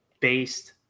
based